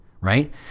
right